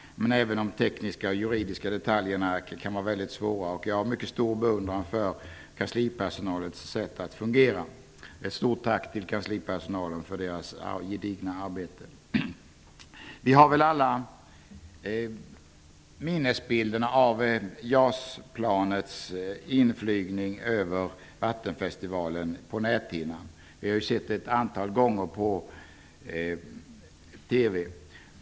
Även de tekniska och juridiska detaljerna kan vara mycket svåra. Jag hyser mycket stor beundran för kanslipersonalens sätt att fungera. Ett stort tack till kanslipersonalen för deras gedigna arbete! Vi har väl alla minnesbilderna av JAS-planets inflygning över Stockholm under Vattenfestivalen på näthinnan. Vi har sett det ett antal gånger på TV.